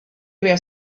were